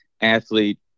athlete